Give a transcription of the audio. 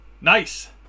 Nice